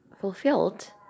fulfilled